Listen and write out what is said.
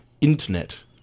Internet